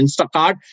Instacart